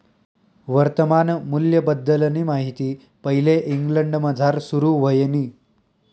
वर्तमान मूल्यबद्दलनी माहिती पैले इंग्लंडमझार सुरू व्हयनी